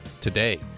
today